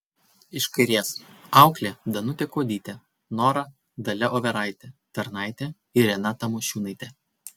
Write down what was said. iš kairės auklė danutė kuodytė nora dalia overaitė tarnaitė irena tamošiūnaitė